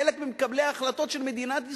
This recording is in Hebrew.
חלק ממקבלי ההחלטות של מדינת ישראל,